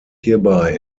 hierbei